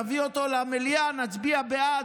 תביא אותו למליאה, נצביע בעד,